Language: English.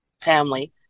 family